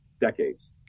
decades